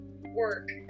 work